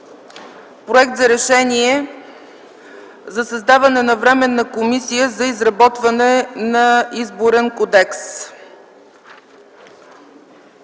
Проект за решение за създаване на Временна комисия за изработване на изборен кодекс.